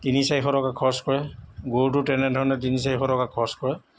তিনি চাৰিশ টকা খৰচ কৰে গৰুতো তেনেধৰণে তিনি চাৰিশ টকা খৰচ কৰে